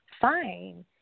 Fine